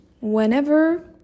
whenever